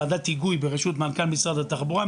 ועדת היגוי בראשות מנכ"ל משרד התחבורה,